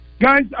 Guys